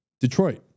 Detroit